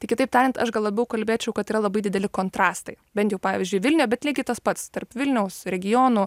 tai kitaip tariant aš gal labiau kalbėčiau kad yra labai dideli kontrastai bent jau pavyzdžiui vilniuje bet lygiai tas pats tarp vilniaus regionų